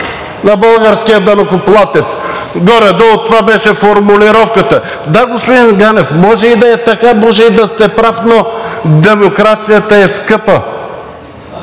на българския данъкоплатец, горе-долу това беше формулировката. Да, господин Ганев, може и да е така, може и да сте прав, но демокрацията е скъпа.